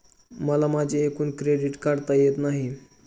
मला माझे एकूण क्रेडिट काढता येत नाही